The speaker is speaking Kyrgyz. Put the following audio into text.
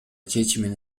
чечимин